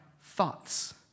thoughts